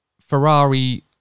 Ferrari